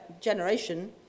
generation